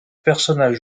personnage